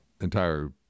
entire